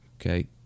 Okay